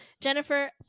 Jennifer